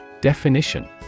Definition